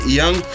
young